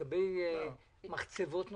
מה לגבי מחצבות נוספות?